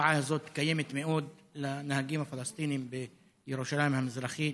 התופעה הזאת קיימת הרבה אצל הנהגים הפלסטינים בירושלים המזרחית